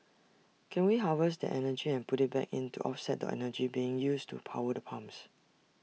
can we harvest that energy and put IT back in to offset the energy being used to power the pumps